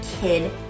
Kid